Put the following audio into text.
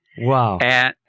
Wow